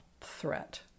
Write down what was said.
threat